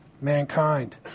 mankind